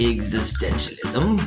Existentialism